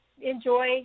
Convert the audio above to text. enjoy